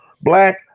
black